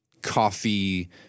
coffee